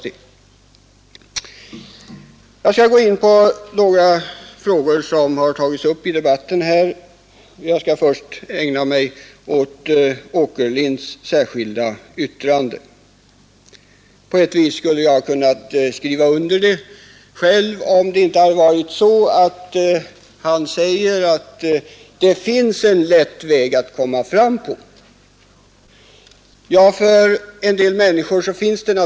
Sedan vill jag gå in på några av de frågor som berörts i debatten och ägnar mig då först åt det särskilda yttrande som herr Åkerlind har fogat till utskottets betänkande. Egentligen skulle jag själv kunnat instämma i det yttrandet, om herr Åkerlind bara inte hade sagt att det finns en lätt väg att komma fram på, nämligen genom en religiös omvändelse.